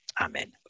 amen